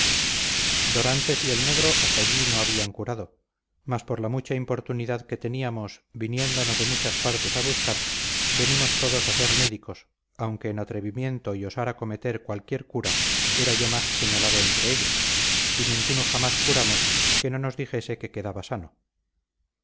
dorantes y el negro hasta allí no habían curado mas por la mucha importunidad que teníamos viniéndonos de muchas partes a buscar venimos todos a ser médicos aunque en atrevimiento y osar acometer cualquier cura era yo más señalado entre ellos y ninguno jamás curamos que no nos dijese que quedaba sano